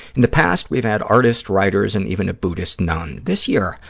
in the past we've had artists, writers and even a buddhist nun. this year,